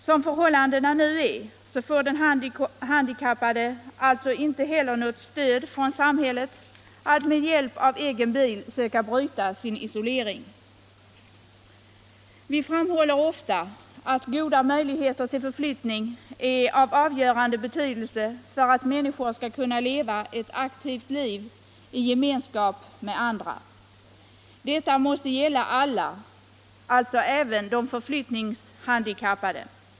Som förhållandena nu är får den handikappade alltså inte heller något stöd från samhället att med hjälp av egen bil söka bryta sin isolering. Vi framhåller ofta att goda möjligheter till förflyttning är av avgörande betydelse för att människor skall kunna leva ett aktivt liv i gemenskap med andra. Detta måste gälla alla, alltså även de förflyttningshandikappade.